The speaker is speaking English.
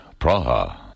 Praha